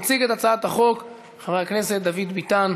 יציג את הצעת החוק חבר הכנסת דוד ביטן,